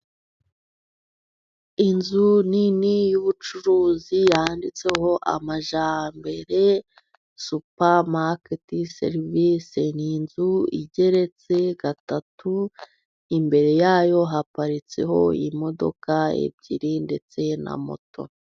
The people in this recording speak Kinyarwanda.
Inzu nini y'ubucuruzi yanditseho Amajyambere supamaketi serivise. Ni inzu igeretse gatatu imbere yayo haparitseho imodoka ebyiri ndetse na moto.